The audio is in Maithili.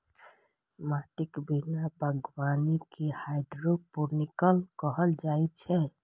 माटिक बिना बागवानी कें हाइड्रोपोनिक्स कहल जाइ छै